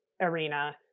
arena